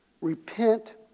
Repent